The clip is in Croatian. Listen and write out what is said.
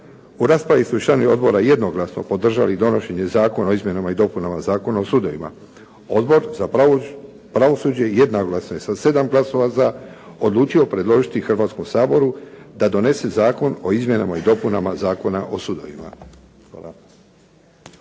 U raspravi su članovi odbora jednoglasno podržali donošenje Zakona o izmjenama i dopunama Zakona o sudovima. Odbor za pravosuđe jednoglasno je sa sedam glasova za, odlučio predložiti Hrvatskom saboru da donese Zakon o izmjenama i dopunama Zakona o sudovima.